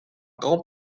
grand